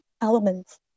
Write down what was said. elements